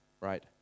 right